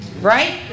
right